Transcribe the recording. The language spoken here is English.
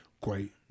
Great